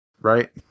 right